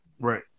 Right